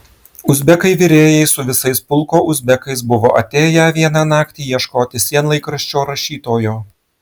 uzbekai virėjai su visais pulko uzbekais buvo atėję vieną naktį ieškoti sienlaikraščio rašytojo